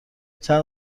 چند